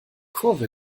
kurve